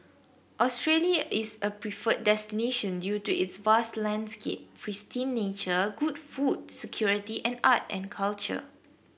Australia is a preferred destination due to its vast landscape pristine nature good food security and art and culture